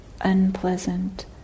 unpleasant